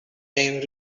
name